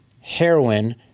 heroin